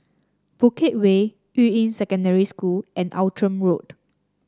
Bukit Way Yuying Secondary School and Outram Road